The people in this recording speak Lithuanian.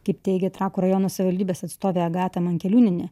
kaip teigė trakų rajono savivaldybės atstovė agata mankeliūnienė